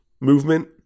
movement